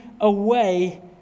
away